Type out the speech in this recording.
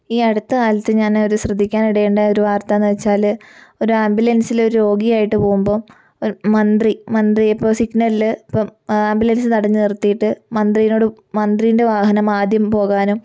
ഈ അടുത്ത കാലത്ത് ഞാന് ഒരു ശ്രദ്ധിക്കാനിടയുണ്ടായ ഒരു വാർത്ത എന്ന് വെച്ചാല് ഒരു ആംബുലൻസില് ഒരു രോഗിയെ ആയിട്ട് പോകുമ്പം മന്ത്രി മന്ത്രിയപ്പം സിഗ്നലില് ഇപ്പം ആംബുലൻസ് തടഞ്ഞു നിർത്തിയിട്ട് മന്ത്രീനോട് മന്ത്രീൻ്റെ വാഹനം ആദ്യം പോകാനും